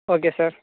okay sir